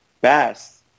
best